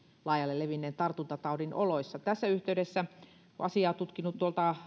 laajalle levinneen tartuntataudin oloissa kun olen tässä yhteydessä asiaa tutkinut